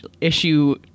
issue